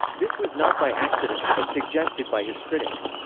this was not by accident, as suggested by his critics.